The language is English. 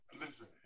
Listen